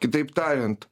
kitaip tariant